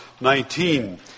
19